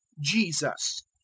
jesus